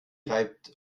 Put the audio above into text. reibt